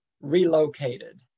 relocated